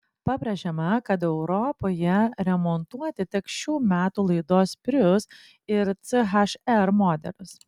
pabrėžiama kad europoje remontuoti teks šių metų laidos prius ir ch r modelius